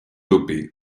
dopé